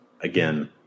Again